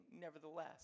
nevertheless